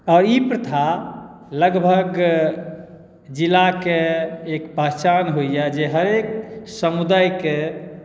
आ ई प्रथा लगभग जिलाके एक पहचान होइए जे हरेक समुदायके